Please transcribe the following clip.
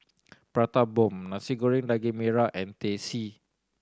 Prata Bomb Nasi Goreng Daging Merah and Teh C